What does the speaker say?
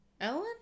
Ellen